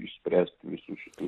išspręst visų šitų